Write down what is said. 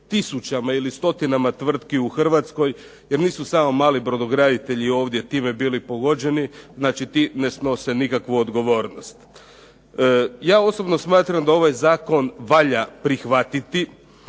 tisućama ili stotinama tvrtki u Hrvatskoj, jer nisu samo mali brodograditelji ovdje time bili pogođeni, znači ti ne snose nikakvu odgovornost. Ja osobno smatram da ovaj zakon valja prihvatiti